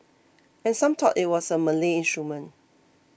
and some thought it was a Malay instrument